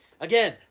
Again